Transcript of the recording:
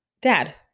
Dad